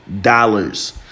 dollars